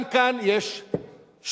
גם כאן יש שקר.